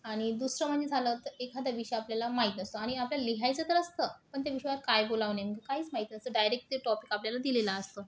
आणि दुसरं म्हणजे झालं तर एखाद्याविषयी आपल्याला माहीत नसतं आणि आपल्याला लिहायचं तर असतं पण त्या विषयात काय बोलावं नेमकं काहीच माहीत नसतं डायरेक्ट ते टॉपिक आपल्याला दिलेला असतो